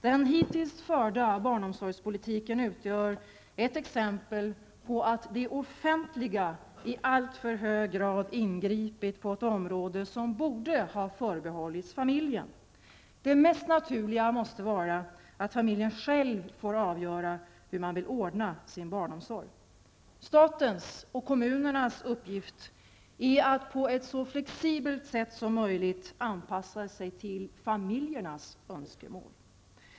Den hittills förda barnomsorgspolitiken utgör ett exempel på att det offentliga i alltför hög grad ingripit på ett område som borde ha förbehållits familjen. Det mest naturliga måste vara att familjen själv får avgöra hur man vill ordna sin barnomsorg. Statens och kommunernas uppgift är att på ett så flexibelt sätt som möjligt anpassa sig till familjernas önskemål.